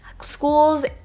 schools